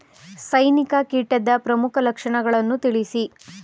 ಸೈನಿಕ ಕೀಟದ ಪ್ರಮುಖ ಲಕ್ಷಣಗಳನ್ನು ತಿಳಿಸಿ?